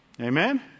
Amen